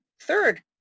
third